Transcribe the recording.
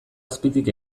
azpitik